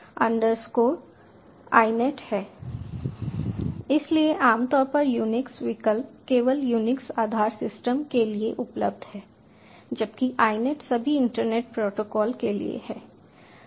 इसलिए आमतौर पर UNIX विकल्प केवल UNIX आधार सिस्टम के लिए उपलब्ध है जबकि INET सभी इंटरनेट प्रोटोकॉल के लिए है